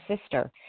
sister